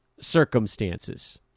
circumstances